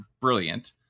brilliant